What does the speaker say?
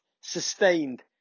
sustained